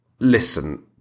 Listen